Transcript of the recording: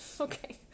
Okay